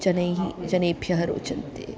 जनैः जनेभ्यः रोचन्ते